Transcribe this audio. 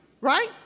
right